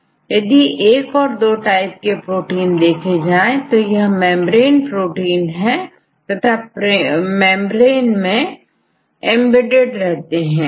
आप यदि1 और2 टाइप के प्रोटीन देखें तो यह मेंब्रेन प्रोटीन है तथा मेंब्रेन में एंबेडेड होते हैं